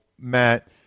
Matt